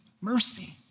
mercy